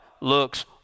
looks